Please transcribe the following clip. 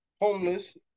homeless